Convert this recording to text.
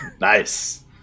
Nice